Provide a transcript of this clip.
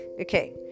okay